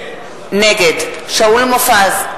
נגד שאול מופז,